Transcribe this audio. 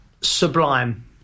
Sublime